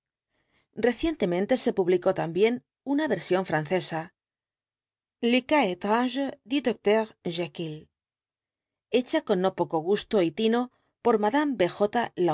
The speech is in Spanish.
recientemente se publicó también una versión francesa le cas étrange du docteur jekyll hecha con no poco gusto y tino por